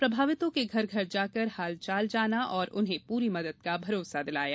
प्रभावितों के घर घर जाकर हाल चाल जाना और उन्हें पूरी मदद का भरोसा दिलाया